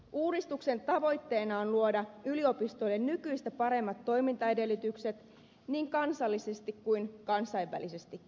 uudistuksen tavoitteena on luoda yliopistoille nykyistä paremmat toimintaedellytykset niin kansallisesti kuin kansainvälisestikin